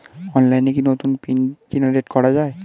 অনলাইনে কি নতুন পিন জেনারেট করা যায়?